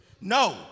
No